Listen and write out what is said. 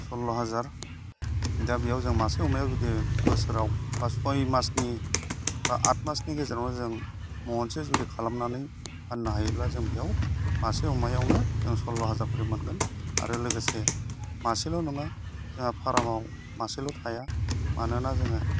सल्ल' हाजार दा बेयाव जों मासे अमायाव जुदि बोसोराव बा सय मासनि बा आतमासनि गेजेरावनो जों महनसे जुदि खालामनानै फाननो हायोब्ला जों बेयाव मासे अमायावनो जों सल्ल' हाजार खरि मोनगोन आरो लोगोसे मासेल' नङा जोंहा फार्माव मासेल' थाया मानोना जोङो